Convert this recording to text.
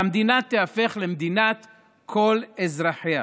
והמדינה תיהפך למדינת כל אזרחיה.